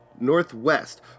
Northwest